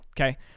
Okay